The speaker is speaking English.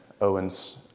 Owen's